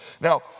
Now